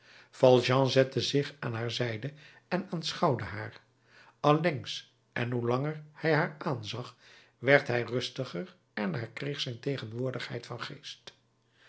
zette zich aan haar zijde en aanschouwde haar allengs en hoe langer hij haar aanzag werd hij rustiger en herkreeg zijn tegenwoordigheid van geest